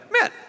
Man